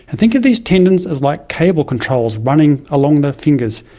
and think of these tendons as like cable controls running along the fingers.